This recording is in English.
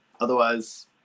Otherwise